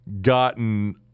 gotten